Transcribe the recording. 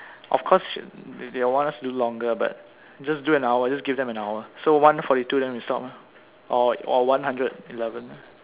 of course she~ they'll they'll want us to do longer but just do an hour just give them an hour so one forty two then we stop lah or or one hundred eleven